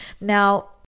Now